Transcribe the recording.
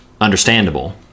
understandable